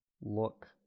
Look